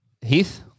Heath